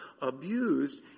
abused